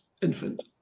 infant